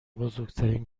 بزرگترین